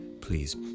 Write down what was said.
Please